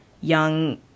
young